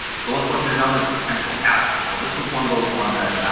so, let's look at another potential hazard. now, this was one of those ones that,